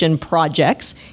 projects